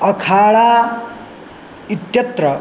अखाडा इत्यत्र